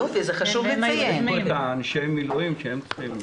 יש פה אנשי המילואים שהם צריכים לדבר.